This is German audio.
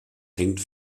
hängt